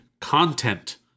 content